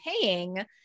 paying